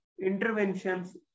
interventions